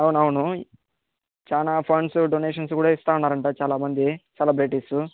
అవునవును చాలా funds donations కూడా ఇస్తున్నారుట చాలా మంది సెలబ్రిటీస్